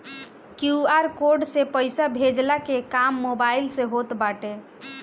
QR code से पईसा भेजला के काम मोबाइल से होत बाटे